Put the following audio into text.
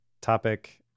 topic